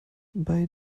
bei